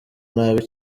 nabi